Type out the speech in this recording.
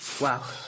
Wow